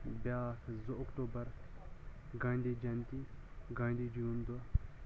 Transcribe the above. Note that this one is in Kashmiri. بیاکھ زٕ اکٹوبَر گاندے جَیَنتی گاندے جی یُن دۄہ